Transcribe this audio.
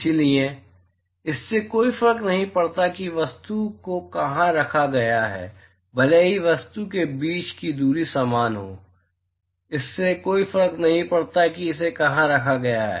इसलिए इससे कोई फर्क नहीं पड़ता कि वस्तु को कहाँ रखा गया है भले ही वस्तु के बीच की दूरी समान हो इससे कोई फर्क नहीं पड़ता कि इसे कहाँ रखा गया है